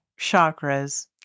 chakras